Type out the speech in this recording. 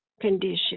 condition